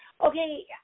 Okay